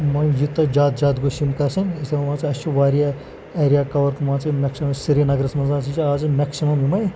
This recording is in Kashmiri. وۄنۍ یوٗتاہ زیادٕ زیادٕ گٔژھ یِم گژھٕنۍ أسۍ دَپان مان ژٕ اَسہِ چھُ واریاہ ایریا کَوَر کَرُن مان ژٕ یِم میکسِمَم سرینگرَس منٛز ہَسا چھِ اَزٕ میکسِمَم یِمَے